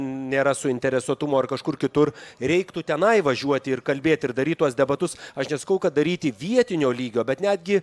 nėra suinteresuotumo ar kažkur kitur reiktų tenai važiuoti ir kalbėti ir daryt tuos debatus aš nesakau kad daryti vietinio lygio bet netgi